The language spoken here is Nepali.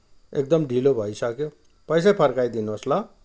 एकदम ढिलो भइसक्यो पैसै फर्काइदिनु होस् ल